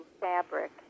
fabric